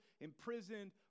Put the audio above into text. imprisoned